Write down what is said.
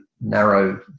narrow